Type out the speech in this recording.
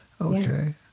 Okay